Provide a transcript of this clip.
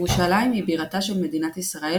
ירושלים היא בירתה של מדינת ישראל,